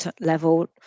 level